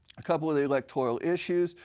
a couple of the electoral issues.